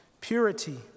purity